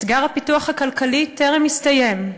אתגר הפיתוח הכלכלי טרם הסתיים,